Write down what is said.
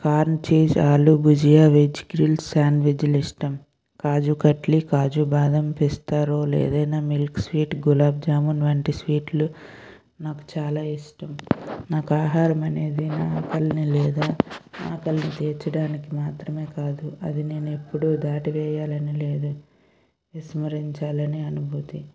corn cheese aloo bhujia veg grill స్యాండ్విజ్లు ఇష్టం కాజు కట్లీ కాజు బాదం పిస్తా రోల్ ఏదైనా మిల్క్ స్వీట్ గులాబ్జామున్ వంటి స్వీట్లు నాకు చాలా ఇష్టం నాకు ఆహారమనేది నా ఆకలిని లేదా ఆకలిని తీర్చడానికి మాత్రమే కాదు అది నేను ఎప్పుడు ధాటి వేయాలని లేదా విస్మరించాలని అనుభూతి